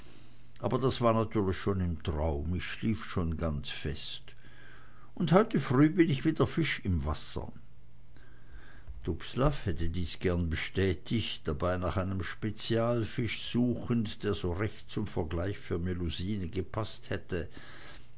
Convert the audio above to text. aber das war natürlich schon im traum ich schlief schon ganz fest und heute früh bin ich wie der fisch im wasser dubslav hätte dies gern bestätigt dabei nach einem spezialfisch suchend der so recht zum vergleich für melusine gepaßt hätte